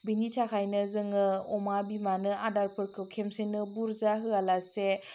बिनि थाखायनो जोङो अमा बिमानो आदारफोरखौ खेमसेनो बुरजा होआलासे